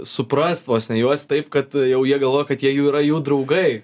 suprast vos ne juos taip kad jau jie galvoja kad jie jų yra jų draugai